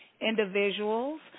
individuals